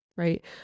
right